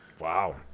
Wow